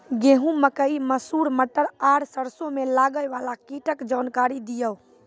गेहूँ, मकई, मसूर, मटर आर सरसों मे लागै वाला कीटक जानकरी दियो?